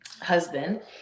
husband